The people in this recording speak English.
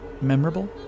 memorable